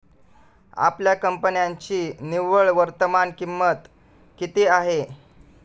आपल्या कंपन्यांची निव्वळ वर्तमान किंमत किती आहे?